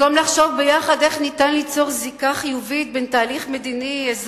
במקום לחשוב ביחד איך ניתן ליצור זיקה חיובית בין תהליך מדיני-אזורי,